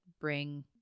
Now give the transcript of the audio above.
bring –